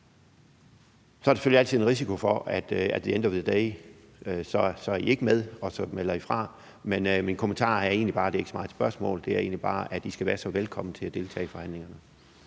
Så er der selvfølgelig altid en risiko for, at I at the end of the day så ikke er med, og at I melder fra. Men min kommentar – for det er ikke et spørgsmål – er egentlig bare, at I skal være så velkomne til at deltage i forhandlingerne.